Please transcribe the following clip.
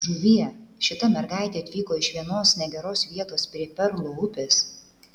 žuvie šita mergaitė atvyko iš vienos negeros vietos prie perlo upės